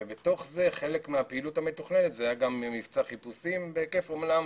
ובתוך זה חלק מהפעילות המתוכננת זה היה גם מבצע חיפושים בהיקף אמנם